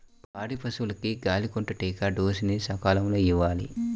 పాడి పశువులకు గాలికొంటా టీకా డోస్ ని సకాలంలో ఇవ్వాలి